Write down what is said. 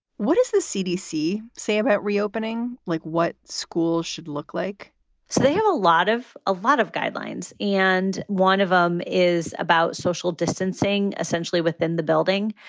what does the cdc say about reopening? like what? schools should look like they have a lot of a lot of guidelines and one of them is about social distancing essentially within the building.